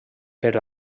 per